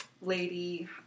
lady